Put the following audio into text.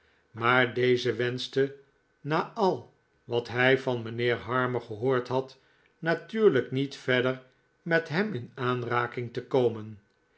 maar deze wenschte na al wat hij van mijnheer harmer gehoord had natuurlijk nietverder met hem in aanraking te komen